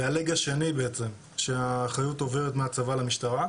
זה הלג השני בעצם שהאחריות עוברת מהצבא למשטרה.